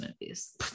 movies